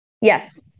Yes